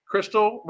Crystal